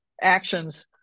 actions